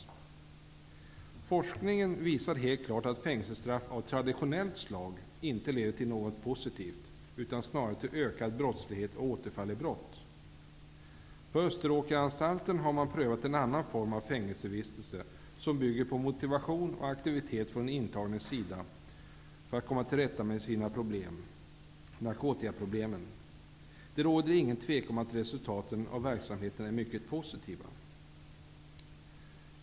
Forskningen visar helt klart att fängelsestraff av traditionellt slag inte leder till något positivt utan snarast till ökad brottslighet och återfall i brott. På Österåkersanstalten har man prövat en annan form av fängelsevistelse som bygger på motivation och aktivitet från den intagnes sida för att komma till rätta med sina problem, narkotikaproblemen. Det råder ingen tvekan om att resultaten av verksamheten är mycket positiva.